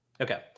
Okay